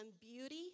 beauty